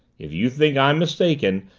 if you think i'm mistaken,